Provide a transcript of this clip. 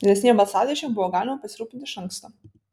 didesnėm balsadėžėm buvo galima pasirūpinti iš anksto